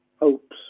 hopes